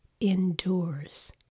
endures